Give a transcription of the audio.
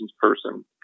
person